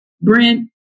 Brent